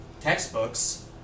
textbooks